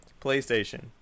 PlayStation